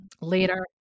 Later